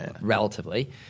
relatively